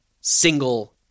single